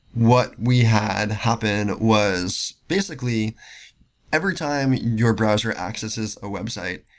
what we had happened was basically every time your browser accesses a website,